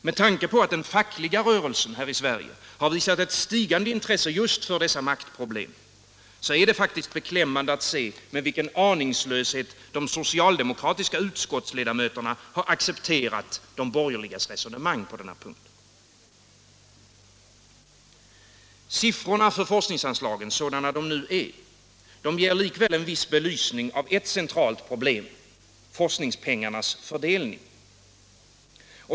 Med tanke på att den fackliga rörelsen här i Sverige har visat ett stigande intresse just för dessa maktproblem är det faktiskt beklämmande att se med vilken aningslöshet de socialdemokratiska utskottsledamöterna har accepterat den borgerliga majoritetens resonemang på denna punkt. Siffrorna för forskningsanslagen — sådana de nu är — ger likväl en viss belysning av ett centralt problem: forskningspengarnas fördelning.